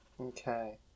Okay